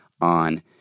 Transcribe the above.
on